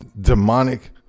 demonic